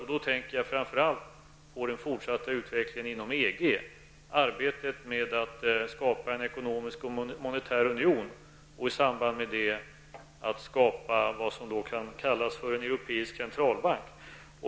Jag tänker framför allt på den fortsatta utvecklingen inom EG och arbetet med att skapa en ekonomisk och monetär union och i samband med det att skapa en s.k. europeisk centralbank.